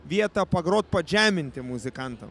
vieta pagroti padžiaminti muzikantam